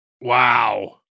Wow